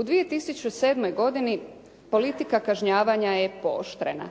U 2007. godini politika kažnjavanja je pooštrena.